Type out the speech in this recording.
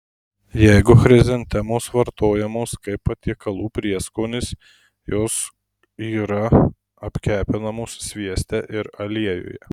jeigu chrizantemos vartojamos kaip patiekalų prieskonis jos yra apkepinamos svieste ir aliejuje